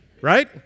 right